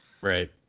Right